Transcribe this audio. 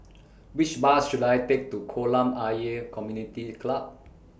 Which Bus should I Take to Kolam Ayer Community Club